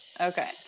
Okay